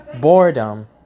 boredom